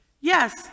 Yes